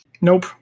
Nope